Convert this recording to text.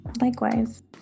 likewise